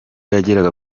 yageraga